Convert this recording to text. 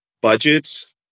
budgets